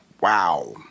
Wow